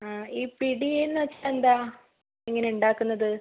ഈ പിടിയെന്ന് വച്ചാൽ എന്താ എങ്ങനെയാണ് ഉണ്ടാക്കുന്നത്